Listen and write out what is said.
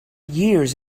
years